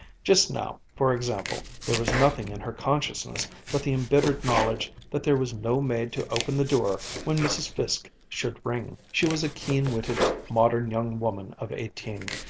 just now, for example, there was nothing in her consciousness but the embittered knowledge that there was no maid to open the door when mrs. fiske should ring. she was a keen-witted modern young woman of eighteen,